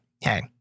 hey